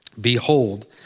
Behold